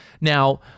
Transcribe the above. Now